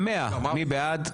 122, מי בעד?